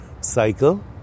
cycle